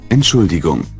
Entschuldigung